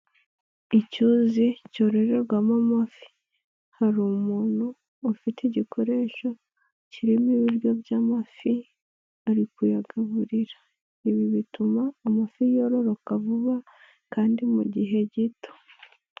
Icyuzi cyororerwamo amafi, hari umuntu ufite igikoresho kirimo ibiryo by'amafi ari kuyagaburira, ibi bituma amafi yororoka vuba kandi mu gihe gito.